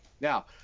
Now